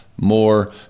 more